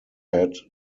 had